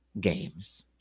games